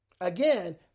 Again